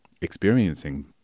experiencing